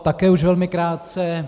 Také už velmi krátce.